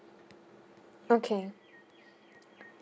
okay